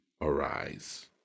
arise